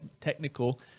technical